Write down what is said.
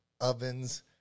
Ovens